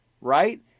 right